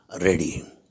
ready